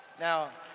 now,